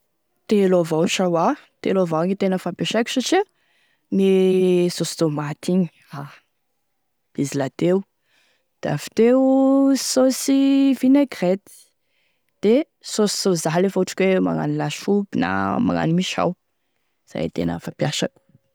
Telo avao sa hoa, telo avao gne tena fampiasaiko satria gne saosy tomate igny da izy lateo, da avy teo saosy vinaigrette de saosy sôza laha fa ohatry ka hoe magnano lasopy na hoe magnano misao zay e tena fampiasako.